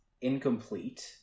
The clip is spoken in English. incomplete